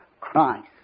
Christ